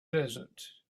desert